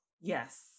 Yes